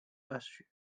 assure